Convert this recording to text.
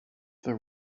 the